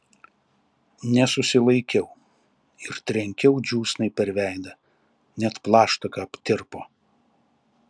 nesusilaikiau ir trenkiau džiūsnai per veidą net plaštaka aptirpo